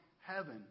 heaven